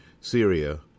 Syria